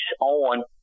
on